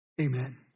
amen